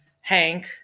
Hank